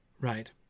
right